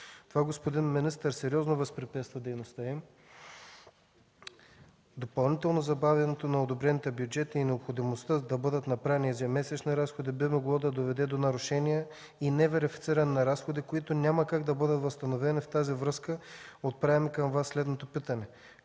Това, господин министър, сериозно възпрепятства дейността им. Допълнителното забавяне на одобрените бюджети и необходимостта да бъдат направени ежемесечни разходи би могло да доведе до нарушения и неверифициране на разходи, които няма как да бъдат възстановени. В тази връзка отправяме към Вас следното питане: